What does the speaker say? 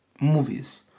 movies